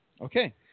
Okay